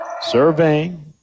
Surveying